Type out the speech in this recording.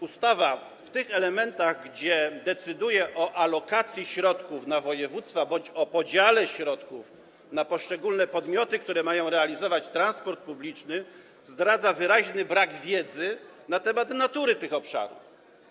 Ustawa w tych elementach, gdzie decyduje o alokacji środków na województwa bądź o podziale środków na poszczególne podmioty, które mają realizować transport publiczny, zdradza wyraźny brak wiedzy na temat natury tych obszarów.